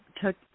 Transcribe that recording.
took